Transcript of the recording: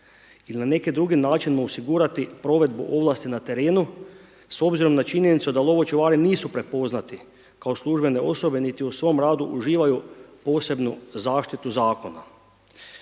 ili na neki drugi način mu osigurati provedbu ovlasti na terenu s obzirom na činjenicu da lovočuvari nisu prepoznati kao službene osobe niti u svom radu uživaju posebnu zaštitu zakona.